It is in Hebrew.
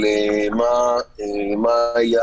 מה היה